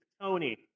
Tony